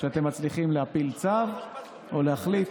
שאתם מצליחים להפיל צו או להחליט